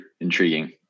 intriguing